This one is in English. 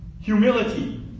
humility